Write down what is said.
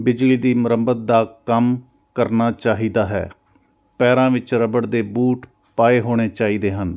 ਬਿਜਲੀ ਦੀ ਮੁਰੰਮਤ ਦਾ ਕੰਮ ਕਰਨਾ ਚਾਹੀਦਾ ਹੈ ਪੈਰਾਂ ਵਿੱਚ ਰਬੜ ਦੇ ਬੂਟ ਪਾਏ ਹੋਣੇ ਚਾਹੀਦੇ ਹਨ